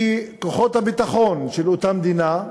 כי כוחות הביטחון של אותה מדינה,